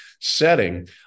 setting